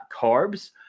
carbs